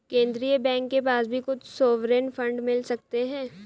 केन्द्रीय बैंक के पास भी कुछ सॉवरेन फंड मिल सकते हैं